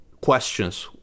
questions